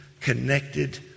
connected